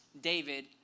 David